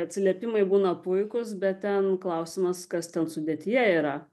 atsiliepimai būna puikūs bet ten klausimas kas ten sudėtyje yra